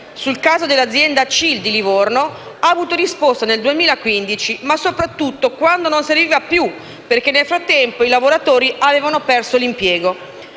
sul caso dell'azienda CIL di Livorno, ha avuto risposta nel 2015, ma sopratutto quando non serviva più, perché nel frattempo i lavoratori avevano perso l'impiego.